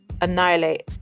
annihilate